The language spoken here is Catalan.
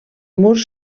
murs